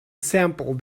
sampled